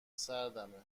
سردمه